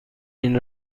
این